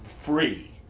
free